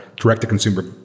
direct-to-consumer